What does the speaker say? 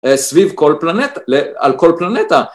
אה, סביב כל פלנטה, ל... על כל פלנטה.